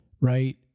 right